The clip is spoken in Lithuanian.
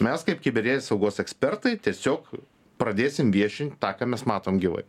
mes kaip kibernetinės saugos ekspertai tiesiog pradėsim viešint tą ką mes matom gyvai